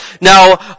Now